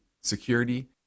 security